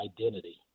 identity